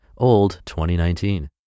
OLD2019